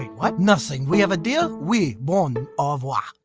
what? nothing. we have a deal? oui? bon. au revoir.